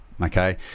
okay